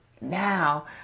Now